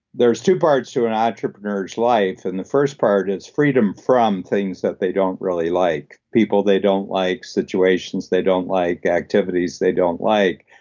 there's two parts to an entrepreneur's life, and the first part is freedom from things that they don't really like. people they don't like, situations they don't like, activities they don't like.